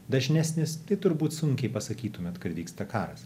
dažnesnis tai turbūt sunkiai pasakytumėt kad vyksta karas